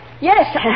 Yes